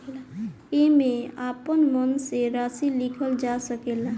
एईमे आपन मन से राशि लिखल जा सकेला